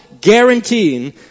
guaranteeing